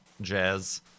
jazz